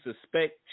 suspect